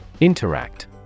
Interact